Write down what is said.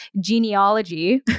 genealogy